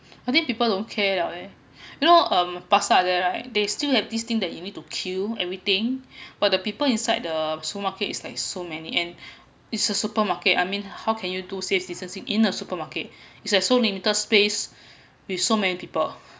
I think people don't care liao eh you know pasar there right they still have this thing that you need to queue everything but the people inside the supermarket is like so many and is a supermarket I mean how can you do stay distancing in a supermarket is like so limited space with so many people